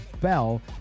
bell